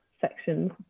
section